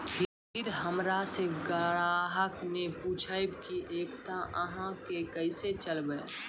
फिर हमारा से ग्राहक ने पुछेब की एकता अहाँ के केसे चलबै?